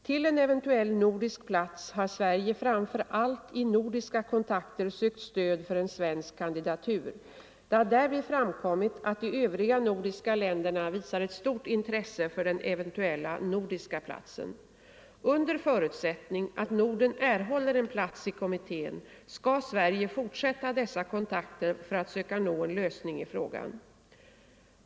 Till en eventuell nordisk plats har Sverige framför allt i nordiska kontakter sökt stöd för en svensk kandidatur. Det har därvid framkommit att de övriga nordiska länderna visar ett stort intresse för den eventuella nordiska platsen. Under förutsättning att Norden erhåller en plats i kommittén skall Sverige fortsätta dessa kontakter för att söka nå en lösning i frågan.